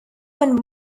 when